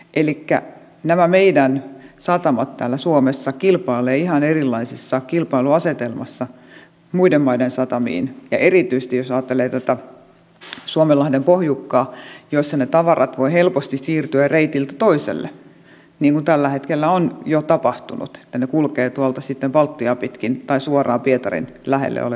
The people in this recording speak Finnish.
elikkä nämä meidän satamamme täällä suomessa kilpailevat ihan erilaisessa kilpailuasetelmassa muiden maiden satamiin verrattuna ja erityisesti jos ajattelee tätä suomenlahden pohjukkaa jossa ne tavarat voivat helposti siirtyä reitiltä toiselle niin kuin tällä hetkellä on jo tapahtunut että ne kulkevat tuolta baltiaa pitkin tai suoraan pietarin lähellä oleviin satamiin